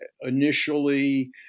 initially